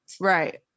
right